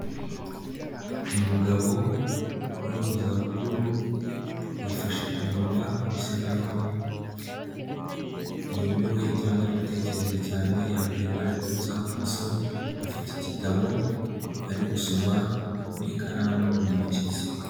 Umugabo uri mu za bukuru yifashe ku munwa bisa naho yumiwe cyangwa ari gutekereza cyane, yambaye indorerwamo z'amaso, afite igitabo ari gusoma n'ikaramu mu ntoki ze.